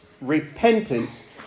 repentance